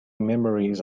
memories